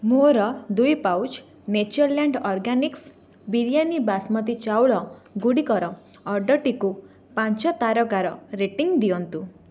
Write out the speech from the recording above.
ମୋର ଦୁଇ pouch Natureland Organics biryani basmati ଚାଉଳ ଗୁଡ଼ିକର ଅର୍ଡ଼ର୍ଟିକୁ ପାଞ୍ଚ ତାରକାର ରେଟିଂ ଦିଅନ୍ତୁ